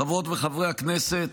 חברות וחברי הכנסת,